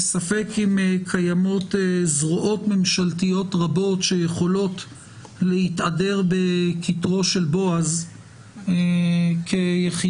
ספק אם קיימות זרועות ממשלתיות רבות שיכולות להתהדר בכתרו של בועז כיחידת